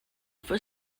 for